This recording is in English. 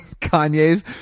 kanye's